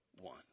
one